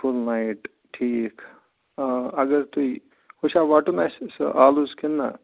full night ٹھیٖک آ اَگر تُہۍ ہُو چھا وَٹُن اَسہِ سُہ آلُژ کِنہٕ نہَ